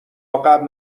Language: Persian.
قبل